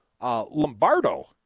Lombardo